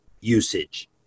usage